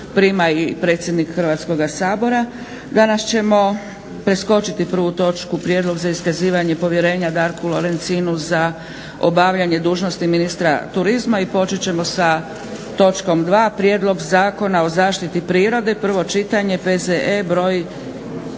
prima i predsjednik Hrvatskoga sabora. Danas ćemo preskočiti prvu točku prijedlog za iskazivanje povjerenja Darku Lorencinu za obavljanje dužnosti ministra turizma i počet ćemo sa točkom 2. Prijedlog Zakona o zaštiti prirode, prvo čitanje, PZE br.